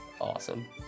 Awesome